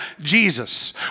Jesus